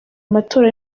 amatora